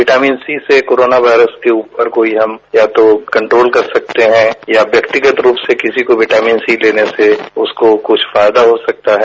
vitamin C से corona virus के ऊपर या तो हम कंट्रोल कर सकते हैं या व्यक्तिगत रूप से किसी को विटामिन सी लेने से उसको कुछ फायदा हो सकता है